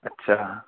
اچھا